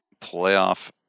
playoff